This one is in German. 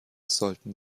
sollten